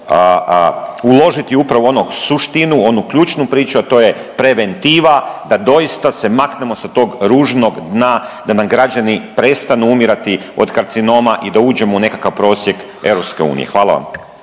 uložiti upravo ono, suštinu onu ključnu priču, a to je preventiva da doista se maknemo sa tog ružnog dna, da nam građani prestanu umirati od karcinoma i da uđemo u nekakav prosjek EU. Hvala vam.